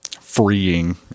freeing